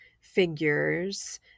figures